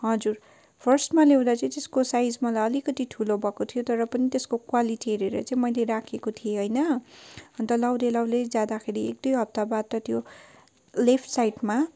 हजुर फर्स्टमा ल्याउँदा चाहिँ त्यसको साइज मलाई अलिकति ठुलो भएको थियो तर पनि त्यसको क्वालिटी हेरेर चाहिँ मैले राखेको थिएँ होइन अन्त लगाउँदै लगाउँदै जाँदाखेरि एक दुई हप्ता बाद त त्यो लेफ्ट साइडमा